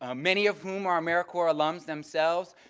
ah many of whom were americorps alums themselves.